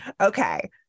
Okay